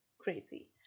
crazy